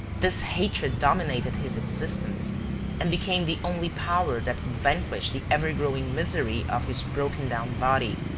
this hatred dominated his existence and became the only power that vanquish the ever-growing misery of his broken-down body.